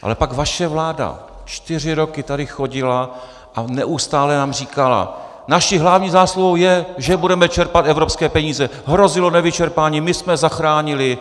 Ale pak vaše vláda čtyři roky tady chodila a neustále nám říkala: naší hlavní zásluhou je, že budeme čerpat evropské peníze, hrozilo nevyčerpání, my jsme zachránili...